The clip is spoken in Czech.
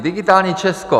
Digitální Česko.